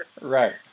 Right